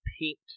paint